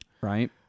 Right